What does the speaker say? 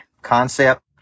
Concept